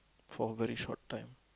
for very short time